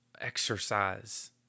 exercise